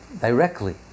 directly